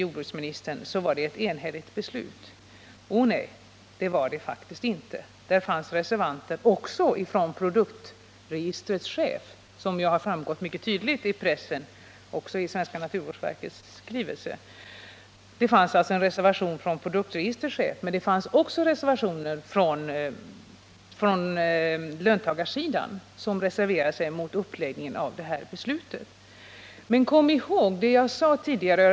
Jordbruksministern säger att det var ett enhälligt beslut som man tog i produktkontrollnämnden. Å nej, det var det faktiskt inte. Även produktregistrets chef reserverade sig, som framgått mycket tydligt i pressen och i svenska naturvårdsverkets skrivelse. Det fanns alltså en reservation från produktregistrets chef, men det fanns också reservationer från löntagarsidan, där man vände sig mot uppläggningen av beslutet. Men kom ihåg vad jag tidigare sagt.